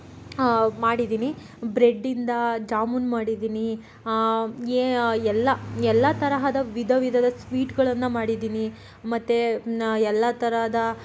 ಮಾಡಿದೀನಿ ಬ್ರೆಡ್ಡಿಂದ ಜಾಮೂನ್ ಮಾಡಿದೀನಿ ಎಲ್ಲ ಎಲ್ಲ ತರಹದ ವಿಧ ವಿಧದ ಸ್ವೀಟುಗಳನ್ನು ಮಾಡಿದ್ದೀನಿ ಮತ್ತು ನಾ ಎಲ್ಲ ತರಹದ